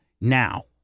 now